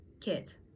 Kit